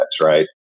right